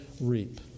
reap